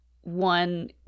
one